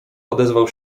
odezwał